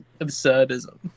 absurdism